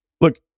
Look